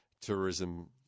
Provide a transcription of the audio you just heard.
tourism